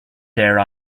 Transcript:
there